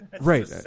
Right